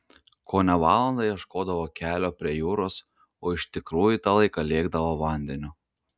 kone valandą ieškodavo kelio prie jūros o iš tikrųjų tą laiką lėkdavo vandeniu